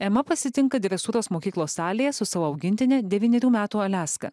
ema pasitinka dresūros mokyklos salėje su savo augintine devynerių metų aliaska